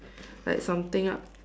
like something up